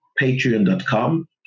patreon.com